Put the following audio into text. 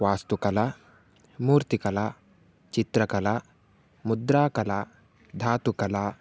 वास्तुकला मूर्तिकला चित्रकला मुद्राकला धातुकला